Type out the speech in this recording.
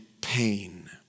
pain